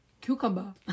cucumber